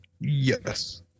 Yes